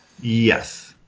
Yes